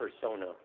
persona